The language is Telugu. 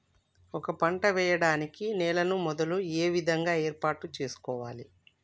ఒక పంట వెయ్యడానికి నేలను మొదలు ఏ విధంగా ఏర్పాటు చేసుకోవాలి?